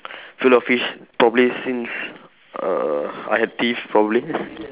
fillet O fish probably since uh I have teeth probably